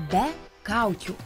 be kaukių